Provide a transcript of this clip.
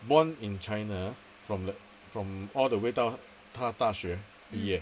born in china from the from all the way 到他大学毕业